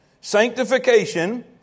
Sanctification